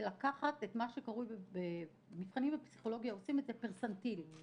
והוא את מה שעושים במבחנים בפסיכולוגיה וקרוי פרסנטיל (percentil)